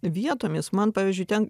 vietomis man pavyzdžiui ten